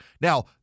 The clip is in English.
Now